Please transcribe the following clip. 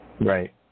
Right